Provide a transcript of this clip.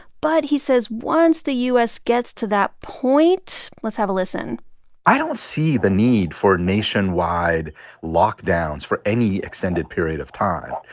but he says once the u s. gets to that point let's have a listen i don't see the need for nationwide lockdowns for any extended period of time.